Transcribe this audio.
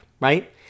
right